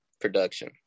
production